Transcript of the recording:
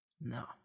No